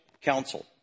council